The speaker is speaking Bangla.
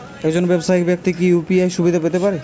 একজন ব্যাবসায়িক ব্যাক্তি কি ইউ.পি.আই সুবিধা পেতে পারে?